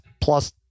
plus